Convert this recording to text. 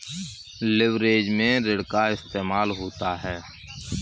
leverage में ऋण का इस्तेमाल होता है